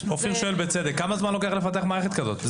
אופיר שואל בצדק כמה זמן לוקח לפתח מערכת זאת?